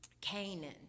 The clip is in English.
Canaan